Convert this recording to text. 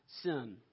sin